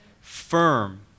firm